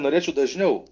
norėčiau dažniau